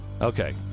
Okay